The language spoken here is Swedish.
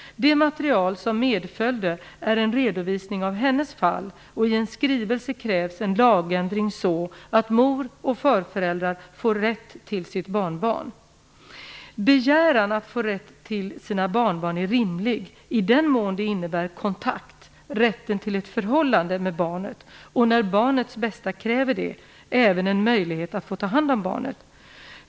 Det material som medföljde är en redovisning av hennes fall, och i en skrivelse krävs en lagändring så att mor och farföräldrar får rätt till sina barnbarn. Begäran att få rätt till sina barnbarn är rimlig i den mån det innebär kontakt - rätten till ett förhållande - med barnet och, när barnets bästa kräver det, även en möjlighet att få ta hand om barnet.